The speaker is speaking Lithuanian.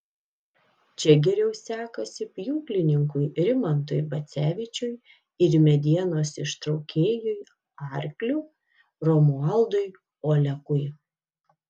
čia geriau sekasi pjūklininkui rimantui bacevičiui ir medienos ištraukėjui arkliu romualdui olekui